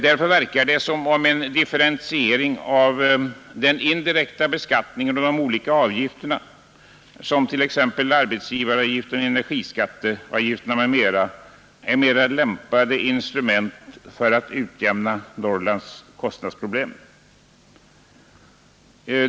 Därför verkar det som om en differentiering av den indirekta beskattningen och de olika avgifterna — t.ex. arbetsgivaravgiften och energiskatten — är ett mer lämpat instrument för att utjämna Norrlands kostnadsproblem.